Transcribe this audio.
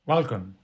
Welcome